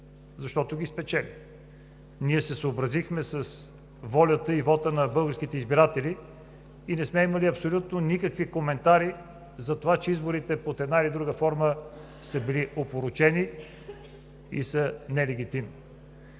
защото ги спечели. Ние се съобразихме с волята и вота на българските избиратели и не сме имали абсолютно никакви коментари за това, че изборите под една или друга форма са били опорочени и са нелегитимни.